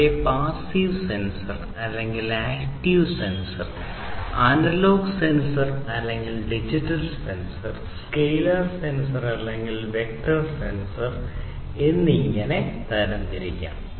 അവയെ passive sensor അല്ലെങ്കിൽ active sensor എന്നിങ്ങനെ തരംതിരിക്കാം